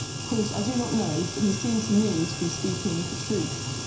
of course, i do not know, but he seemed to me to be speaking the truth.